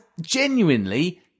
genuinely